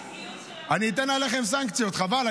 אני אטיל עליכם סנקציות, חבל.